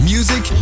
Music